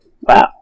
Wow